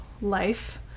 life